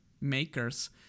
makers